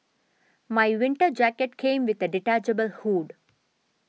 my winter jacket came with a detachable hood